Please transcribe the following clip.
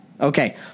Okay